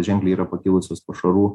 ženkliai yra pakilusios pašarų